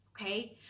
okay